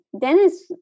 Dennis